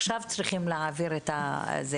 עכשיו צריך להעביר את זה,